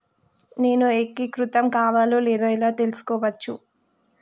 నేను ఏకీకృతం కావాలో లేదో ఎలా తెలుసుకోవచ్చు?